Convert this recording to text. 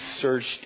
searched